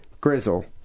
Grizzle